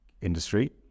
industry